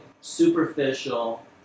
superficial